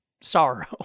sorrow